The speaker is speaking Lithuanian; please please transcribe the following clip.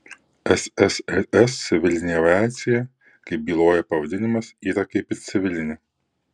ssrs civilinė aviacija kaip byloja pavadinimas yra kaip ir civilinė